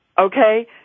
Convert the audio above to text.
Okay